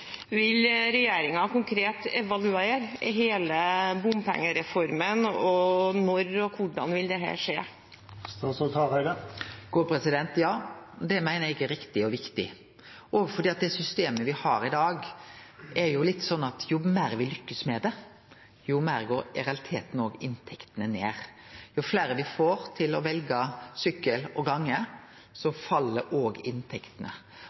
Vil regjeringen konkret evaluere hele bompengereformen? Og når og hvordan vil dette skje? Ja, det meiner eg riktig og viktig, òg fordi det systemet me har i dag, er litt sånn at jo meir me lykkast med det, jo meir går i realiteten òg inntektene ned. Jo fleire me får til å velje sykkel og gange, jo meir fell inntektene.